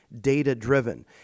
data-driven